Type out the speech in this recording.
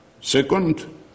Second